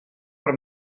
per